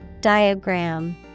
Diagram